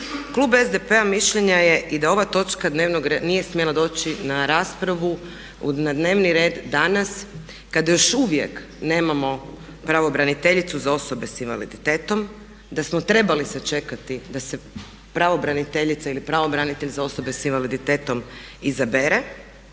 Klub SDP-a mišljenja je i da ova točka dnevnog reda nije smjela doći na raspravu, na dnevni red danas kada još uvijek nemamo pravobraniteljicu za osobe s invaliditetom, da smo trebali sačekati da se pravobraniteljica ili pravobranitelj za osobe s invaliditetom izabere